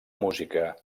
música